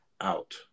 out